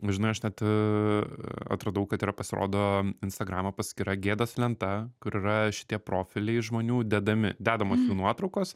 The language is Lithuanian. žinai aš net atradau kad yra pasirodo instagramo paskyra gėdos lenta kur yra šitie profiliai žmonių dedami dedamos jų nuotraukos